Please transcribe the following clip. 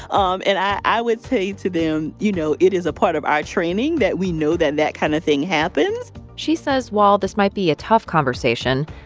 um and i would say to them, you know, it is a part of our training that we know that that kind of thing happens she says while this might be a tough conversation,